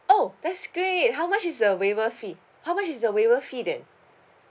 oh that's great how much is the waiver fee how much is the waiver fee then